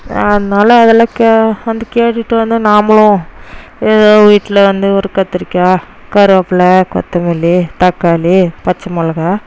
அதனாலே அதெலாம் வந்து கேட்டுகிட்டு வந்து நாம்பளும் ஏதோ வீட்டில் வந்து ஒரு கத்திரிக்காய் கருவேப்புலை கொத்தமல்லி தக்காளி பச்சை மொளகாய்